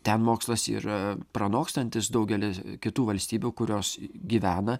ten mokslas yra pranokstantis daugelį kitų valstybių kurios gyvena